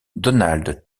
donald